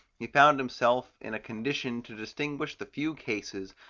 he found himself in a condition to distinguish the few cases,